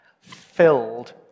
filled